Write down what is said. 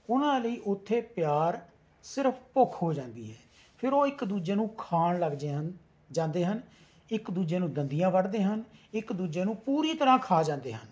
ਉਹਨਾਂ ਲਈ ਉੱਥੇ ਪਿਆਰ ਸਿਰਫ ਭੁੱਖ ਹੋ ਜਾਂਦੀ ਹੈ ਫਿਰ ਉਹ ਇੱਕ ਦੂਜੇ ਨੂੰ ਖਾਣ ਲੱਗਜੇ ਹਨ ਜਾਂਦੇ ਹਨ ਇੱਕ ਦੂਜੇ ਨੂੰ ਦੰਦੀਆਂ ਵੱਢਦੇ ਹਨ ਇੱਕ ਦੂਜੇ ਨੂੰ ਪੂਰੀ ਤਰ੍ਹਾਂ ਖਾ ਜਾਂਦੇ ਹਨ